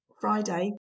Friday